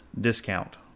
discount